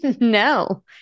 No